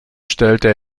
stellte